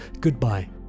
goodbye